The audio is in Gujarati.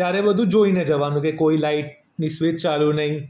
ત્યારે બધું જોઈને જવાનું કોઈ લાઈટની સ્વિચ ચાલું નહી